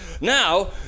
Now